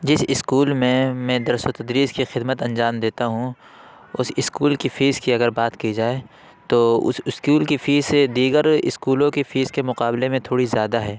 جس اسکول میں میں درس و تدریس کے خدمت انجام دیتا ہوں اس اسکول کی فیس کی اگر بات کی جائے تو اس اسکول کی فیس دیگر اسکولوں کی فیس کے مقابلے میں تھوڑی زیادہ ہے